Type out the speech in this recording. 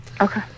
Okay